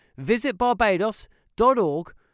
visitbarbados.org